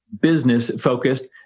business-focused